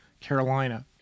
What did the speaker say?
Carolina